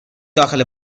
داخل